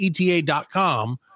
ETA.com